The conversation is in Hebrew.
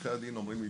עורכי הדין אומרים לי,